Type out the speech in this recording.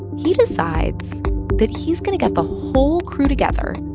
he decides that he's going to get the whole crew together,